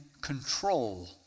control